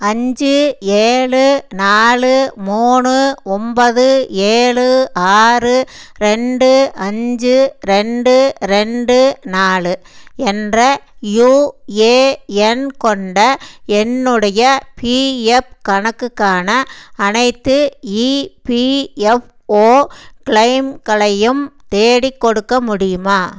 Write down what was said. அஞ்சு ஏழு நாலு மூணு ஒன்பது ஏழு ஆறு ரெண்டு அஞ்சு ரெண்டு ரெண்டு நாலு என்ற யுஏஎன் கொண்ட என்னுடைய பிஎஃப் கணக்குக்கான அனைத்து இபிஎஃப்ஓ க்ளைம்களையும் தேடிக்கொடுக்க முடியுமா